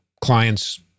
clients